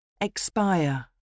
Expire